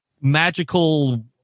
magical